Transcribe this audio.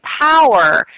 power